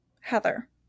Heather